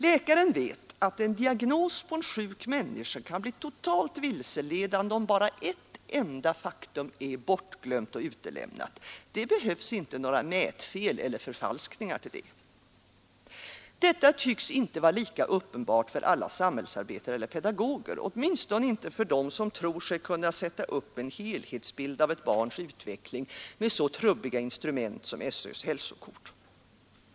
Läkaren vet att en diagnos på en sjuk människa kan bli totalt vilseledande, om bara ett enda faktum är bortglömt och utelämnat. Det behövs inga mätfel eller förfalskningar för det. Men detta tycks inte vara lika uppenbart för alla samhällsarbetare eller pedagoger, åtminstone inte för dem som tror sig kunna sätta upp en helhetsbild av ett barns utveckling med så trubbiga instrument som skolöverstyrelsens hälsokort.